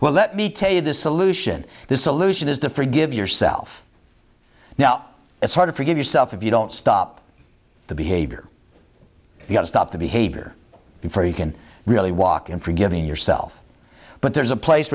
well let me tell you the solution the solution is to forgive yourself now it's hard to forgive yourself if you don't stop the behavior you have stop the behavior before you can really walk in forgiving yourself but there's a place